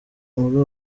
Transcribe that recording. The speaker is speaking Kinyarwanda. muri